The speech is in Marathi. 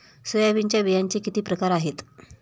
सोयाबीनच्या बियांचे किती प्रकार आहेत?